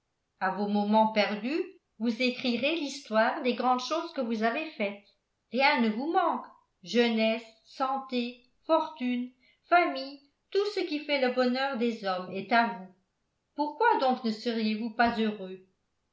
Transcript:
à vos moments perdus vous écrirez l'histoire des grandes choses que vous avez faites rien ne vous manque jeunesse santé fortune famille tout ce qui fait le bonheur des hommes est à vous pourquoi donc ne sériez vous pas heureux